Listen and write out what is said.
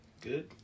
Good